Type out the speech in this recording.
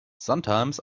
sometimes